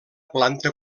planta